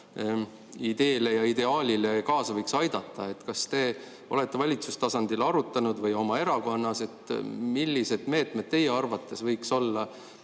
ideele ja ideaalile kaasa võiks aidata. Kas te olete valitsuse tasandil arutanud või oma erakonnas, millised meetmed teie arvates võiksid olla